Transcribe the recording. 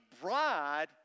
bride